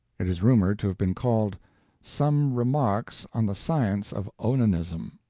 it is rumored to have been called some remarks on the science of onanism.